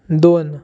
दोन